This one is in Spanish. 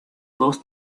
dos